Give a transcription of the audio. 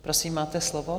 Prosím, máte slovo.